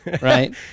right